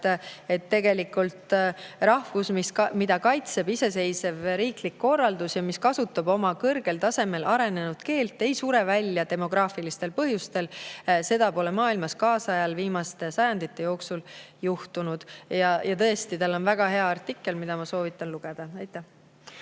et tegelikult rahvas, mida kaitseb iseseisev riiklik korraldus ja kes kasutab oma kõrgel tasemel arenenud keelt, ei sure demograafilistel põhjustel välja. Seda pole maailmas viimaste sajandite jooksul juhtunud. Ja tõesti, tal on väga hea artikkel, mida ma soovitan lugeda. Aitäh!